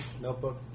notebook